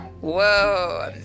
Whoa